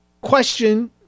question